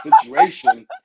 situation